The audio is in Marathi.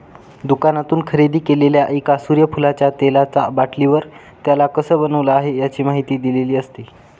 दुकानातून खरेदी केलेल्या एका सूर्यफुलाच्या तेलाचा बाटलीवर, त्याला कसं बनवलं आहे, याची माहिती दिलेली असते